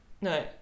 No